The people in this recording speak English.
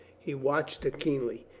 he watched her keenly.